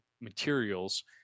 materials